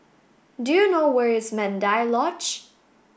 do you know where is Mandai Lodge